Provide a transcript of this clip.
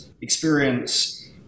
experience